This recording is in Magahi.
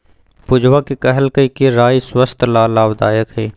पूजवा ने कहल कई कि राई स्वस्थ्य ला लाभदायक हई